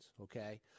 okay